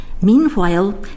meanwhile